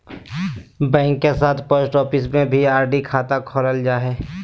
bank के साथ post office में भी आर.डी खाता खोलल जा हइ